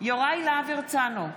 יוראי להב הרצנו,